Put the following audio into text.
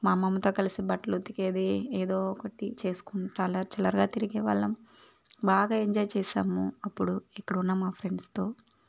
మా అమ్మమ్మతో కలిసి బట్టలుతికేది ఏదో ఒకటి చేసుకుంటా చాలా చిల్లరగా తిరిగే వాళ్ళం బాగా ఎంజాయ్ చేసాము అప్పుడు ఇక్కడున్న మా ఫ్రెండ్స్తో